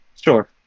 Sure